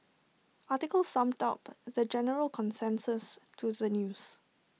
article summed up the general consensus to the news